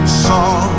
song